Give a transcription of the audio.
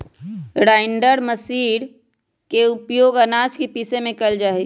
grinder machine के उपयोग आनाज के पीसे में कइल जाहई